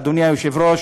אדוני היו"ר,